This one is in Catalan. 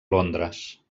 londres